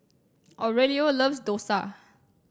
Aurelio loves Dosa